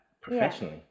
professionally